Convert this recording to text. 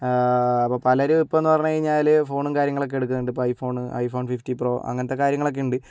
അപ്പം പലരും ഇപ്പം എന്ന് പറഞ്ഞു കഴിഞ്ഞാല് ഫോണും കാര്യങ്ങളൊക്കെ എടുക്കുന്നുണ്ട് ഇപ്പോൾ ഐഫോണ് ഐഫോൺ ഫിഫ്റ്റീൻ പ്രൊ അങ്ങനത്തെ കാര്യങ്ങളൊക്കെ ഉണ്ട്